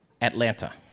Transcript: Atlanta